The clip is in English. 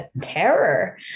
terror